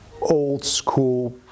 old-school